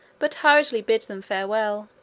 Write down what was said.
but hurriedly bid them farewell.